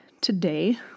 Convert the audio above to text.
today